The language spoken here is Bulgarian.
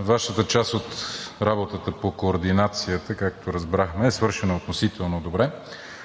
Вашата част от работата по координацията, както разбрахме, е свършена относително добре,